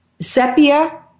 sepia